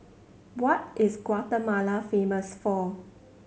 what is Guatemala famous for